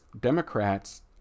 Democrats